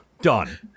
Done